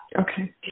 Okay